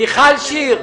מיכל שיר,